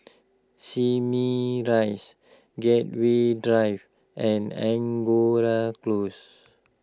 Simei Rise Gateway Drive and Angora Close